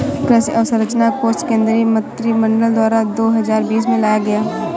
कृषि अंवसरचना कोश केंद्रीय मंत्रिमंडल द्वारा दो हजार बीस में लाया गया